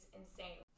insane